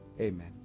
Amen